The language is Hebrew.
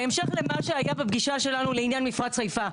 בהמשך למה שהיה בפגישה שלנו לעניין מפרץ חיפה.